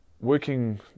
working